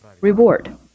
reward